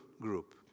group